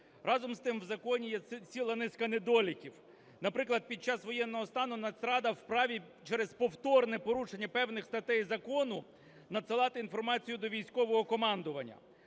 Разом з тим в законі є ціла низка недоліків. Наприклад, під час воєнного стану Нацрада вправі через повторне порушення певних статей закону надсилати інформацію до військового командування.